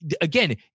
again